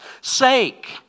sake